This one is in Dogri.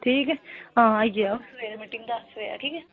ठीक ऐ हां आई आएओ दस बजे